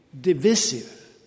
divisive